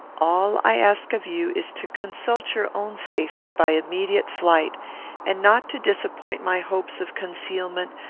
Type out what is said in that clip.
all i ask of you is to consult your own safety by immediate flight and not to disappoint my hopes of concealment,